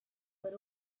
but